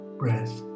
breath